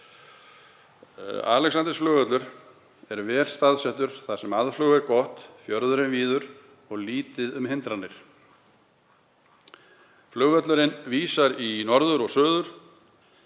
Alexandersflugvöllur er vel staðsettur þar sem aðflug er gott, fjörðurinn víður og lítið um hindranir. Flugvöllurinn vísar í norður/suður,